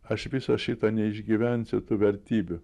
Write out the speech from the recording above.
aš viso šito neišgyvensiu tų vertybių